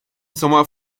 sommer